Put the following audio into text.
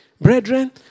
Brethren